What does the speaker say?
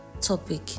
topic